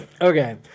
Okay